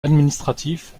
administratif